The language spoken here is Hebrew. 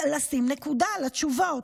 לשים נקודה על התשובות: